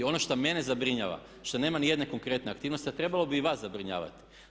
Ono što mene zabrinjava što nema ni jedne konkretne aktivnosti, a trebalo bi i vas zabrinjavati.